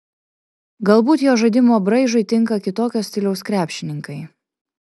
galbūt jo žaidimo braižui tinka kitokio stiliaus krepšininkai